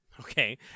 Okay